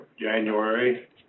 January